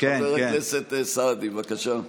חבר הכנסת סעדי, בבקשה.